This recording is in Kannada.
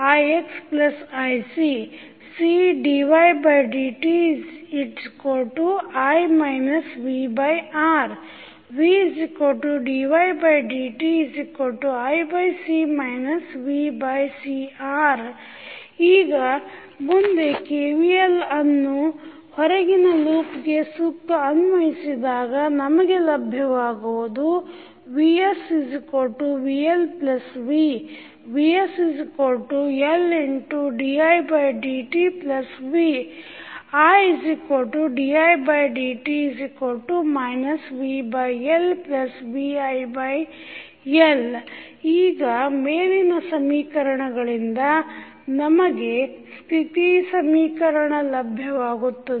iixiC Cdvdti vR vdvdtiC vCR ಈಗ ಮುಂದೆ KVL ಅನ್ನ ಹೊರಗಿನ ಲೂಪ್ಗೆ ಸುತ್ತ ಅನ್ವಯಿಸಿದಾಗ ನಮಗೆ ಲಭ್ಯವಾಗುವುದು vsvLv vsLdidtv ididt vLvsL ಈಗ ಮೇಲಿನ ಸಮೀಕರಣಗಳಿಂದ ನಮಗೆ ಸ್ಥಿತಿ ಸಮೀಕರಣ ಲಭ್ಯವಾಗುತ್ತದೆ